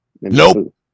nope